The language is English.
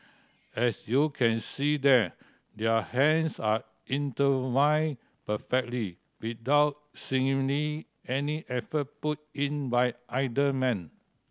as you can see there their hands are intertwined perfectly without seemingly any effort put in by either man